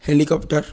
helicopter